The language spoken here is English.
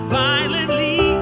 violently